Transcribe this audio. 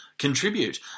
Contribute